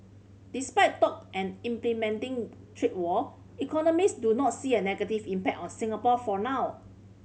despite talk an implementing trade war economists do not see a negative impact on Singapore for now